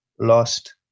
lost